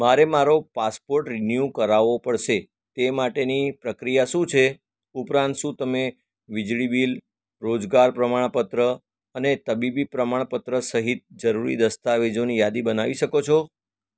મારે મારો passport renew કરાવવો પડશે તે માટેની પ્રક્રિયા શું છે ઉપરાંત શું તમે વીજળી બિલ રોજગાર પ્રમાણપત્ર અને તબીબી પ્રમાણપત્ર સહિત જરૂરી દસ્તાવેજોની યાદી બનાવી શકો છો